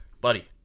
buddy